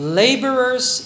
laborers